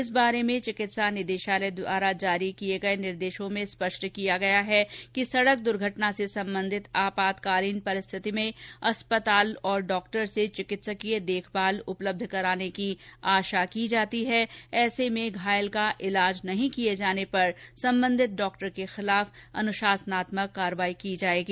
इस बारे में चिकित्सा निदेशालय द्वारा देदिये गये निर्देशों में स्पष्ट किया गया है कि सड़क दुर्घटना से संबंधित आपातकालीन परिस्थिति में अस्पताल और डॉक्टर से चिकित्सकीय देखभाल उपलब्ध कराने की आशा की जाती है ऐसे में घायल का इलाज नहीं किए जाने पर संबंधित डॉक्टर के खिलाफ अनुशासनात्मक कार्रवाई की जाएगी